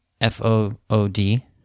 F-O-O-D